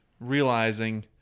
realizing